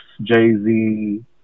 Jay-Z